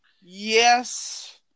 yes